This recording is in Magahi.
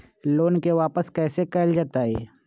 लोन के वापस कैसे कैल जतय?